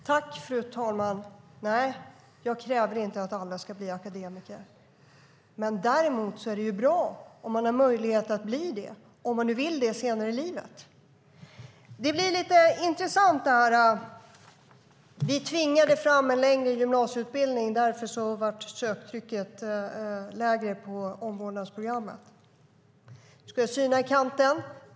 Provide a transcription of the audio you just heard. Fru talman! Nej, jag kräver inte att alla ska bli akademiker. Däremot är det bra om man har den möjligheten ifall man vill det senare i livet. Det blir lite intressant att höra att vi tvingade fram en längre gymnasieutbildning och att söktrycket på omvårdnadsprogrammet därför blev lägre. Det tål att synas i kanten.